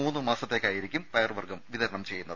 മൂന്ന് മാസത്തേക്കായിരിക്കും പയർ വർഗം വിതരണം ചെയ്യുന്നത്